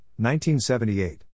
1978